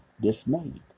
dismayed